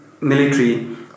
military